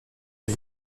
les